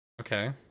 okay